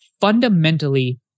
fundamentally